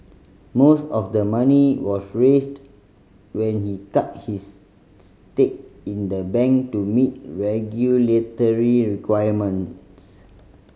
most of the money was raised when he cut his stake in the bank to meet regulatory requirements